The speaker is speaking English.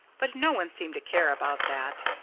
but no one seemed to care about that.